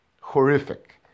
horrific